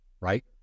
right